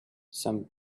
some